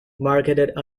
marketed